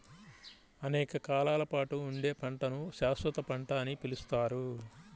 అనేక కాలాల పాటు ఉండే పంటను శాశ్వత పంట అని పిలుస్తారు